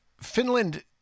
finland